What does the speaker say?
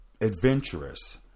adventurous